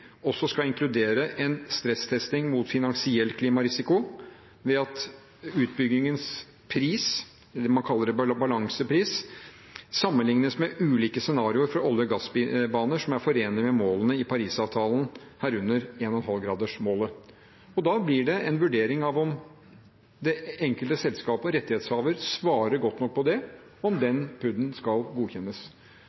også skal inkludere en stresstesting mot finansiell klimarisiko ved at utbyggingens pris – man kaller det balansepris – sammenlignes med ulike scenarioer fra olje- og gassbaner som er forenlig med målene i Parisavtalen, herunder 1,5-gradersmålet. Da blir det en vurdering av om det enkelte selskap og rettighetshaver svarer godt nok på det når det gjelder om den